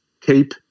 keep